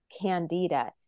candida